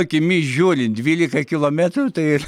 akimis žiūrint dvylika kilometrų tai